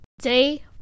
day